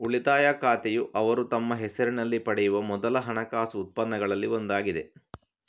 ಉಳಿತಾಯ ಖಾತೆಯುಅವರು ತಮ್ಮ ಹೆಸರಿನಲ್ಲಿ ಪಡೆಯುವ ಮೊದಲ ಹಣಕಾಸು ಉತ್ಪನ್ನಗಳಲ್ಲಿ ಒಂದಾಗಿದೆ